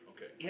Okay